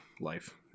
life